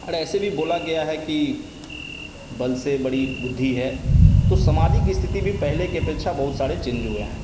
और ऐसे भी बोला गया है कि बल से बड़ी बुद्धि है तो समाजिक स्थिति भी पहले के अपेक्षा बहुत सारे चेंज हुए हैं